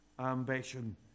ambition